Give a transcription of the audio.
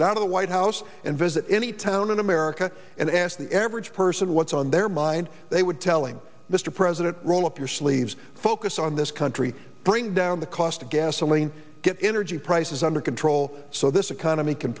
get out of the white house and visit any town in america and ask the average person what's on their mind they would telling mr president roll up your sleeves focus on this country bring down the cost of gasoline get energy prices under control so this economy can